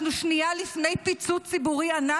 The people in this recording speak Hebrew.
אנחנו שנייה לפני פיצוץ ציבורי ענק.